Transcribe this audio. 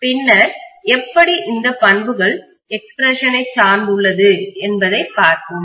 பின்னர் எப்படி இந்த பண்புகள் எக்ஸ்பிரஷனை சார்ந்துள்ளது என்பதை பார்ப்போம்